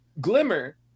Glimmer